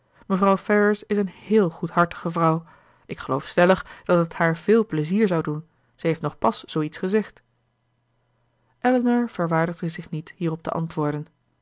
mevrouw ferrars is een heel goedhartige vrouw ik geloof stellig dat het haar veel pleizier zou doen ze heeft nog pas zoo iets gezegd elinor verwaardigde zich niet hierop te antwoorden